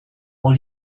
all